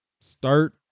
start